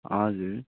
हजुर